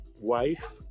wife